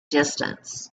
distance